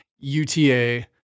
UTA